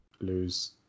lose